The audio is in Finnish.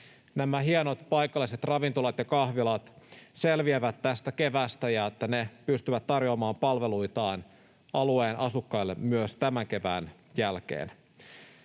nämä hienot paikalliset ravintolat ja kahvilat selviävät tästä keväästä ja että ne pystyvät tarjoamaan palveluitaan alueen asukkaille myös tämän kevään jälkeen.